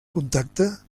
contacte